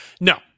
No